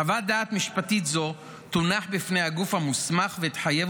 חוות דעת משפטית זו תונח בפני הגוף המוסמך ותחייב